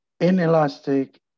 inelastic